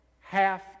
half